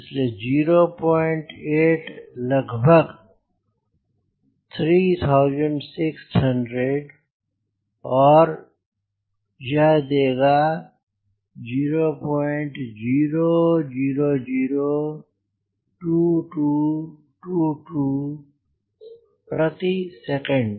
इसलिए 08 लगभग 3600 और यह देगा 00002222 प्रति सेकंड